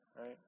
right